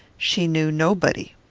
she knew nobody.